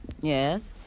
Yes